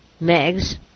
megs